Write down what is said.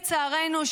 לצערנו,